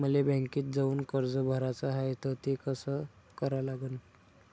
मले बँकेत जाऊन कर्ज भराच हाय त ते कस करा लागन?